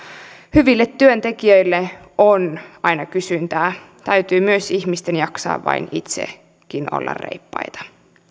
hyville työntekijöille on aina kysyntää täytyy myös ihmisten jaksaa vain itsekin olla reippaita